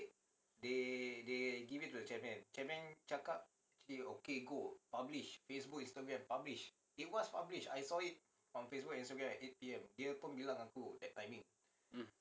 mm